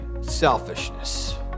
selfishness